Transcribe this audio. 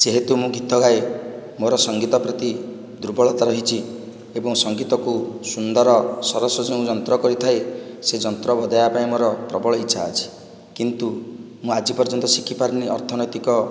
ଯେହେତୁ ମୁଁ ଗୀତ ଗାଏ ମୋର ସଙ୍ଗୀତ ପ୍ରତି ଦୁର୍ବଳତା ରହିଛି ଏବଂ ସଙ୍ଗୀତକୁ ସୁନ୍ଦର ସରସ ଯେଉଁ ଯନ୍ତ୍ର କରିଥାଏ ସେ ଯନ୍ତ୍ର ବଜାଇବା ପାଇଁ ମୋର ପ୍ରବଳ ଇଚ୍ଛା ଅଛି କିନ୍ତୁ ମୁଁ ଆଜି ପର୍ଯ୍ୟନ୍ତ ଶିଖିପାରିନି ଅର୍ଥନୈତିକ